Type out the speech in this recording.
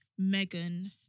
Megan